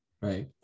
Right